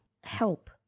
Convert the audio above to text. help